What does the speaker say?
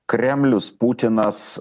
kremlius putinas